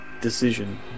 decision